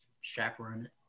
chaperone